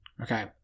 Okay